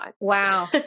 Wow